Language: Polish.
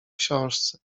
książce